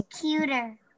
cuter